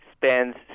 spends